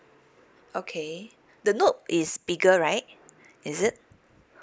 okay the note is bigger right is it